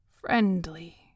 friendly